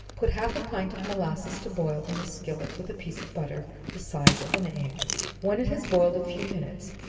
put half a pint of molasses to boil in a skillet, with a piece of butter the size of an egg when it has boiled a few minutes,